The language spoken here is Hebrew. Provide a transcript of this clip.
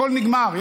הכול נגמר,